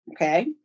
okay